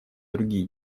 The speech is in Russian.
другие